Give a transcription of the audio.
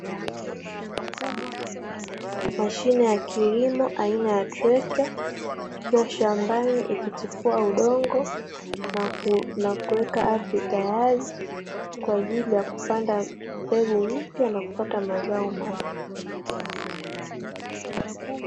Mashine ya kilimo aina ya trekta, ikiwa shambani ikitifua udongo na kuweka ardhi tayari, kwa ajili ya kupanda mbegu mpya na kupata mazao mapya.